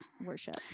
worship